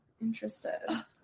Interested